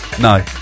no